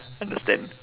understand